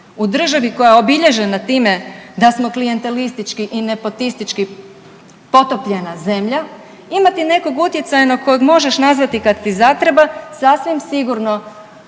U državi koja je obilježena time da smo klijentelistički i nepotistički potopljena zemlja imati nekog utjecajnog kojeg možeš nazvati kad ti zatreba sasvim sigurno